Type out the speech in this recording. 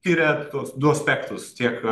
tiria tuos du aspektus tiek